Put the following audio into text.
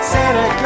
Santa